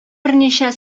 берничә